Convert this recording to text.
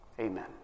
Amen